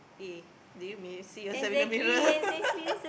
eh did you mi~ see yourself in the mirror